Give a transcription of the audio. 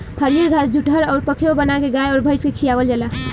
हरिअर घास जुठहर अउर पखेव बाना के गाय अउर भइस के खियावल जाला